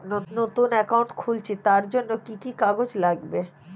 নতুন অ্যাকাউন্ট খুলছি তার জন্য কি কি কাগজ লাগবে?